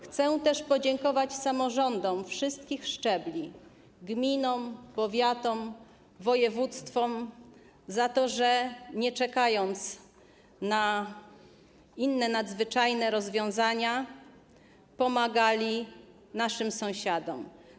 Chcę też podziękować samorządom wszystkich szczebli, gminom, powiatom, województwom za to, że nie czekając na inne nadzwyczajne rozwiązania, pomagali naszym sąsiadom.